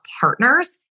partners